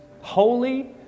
holy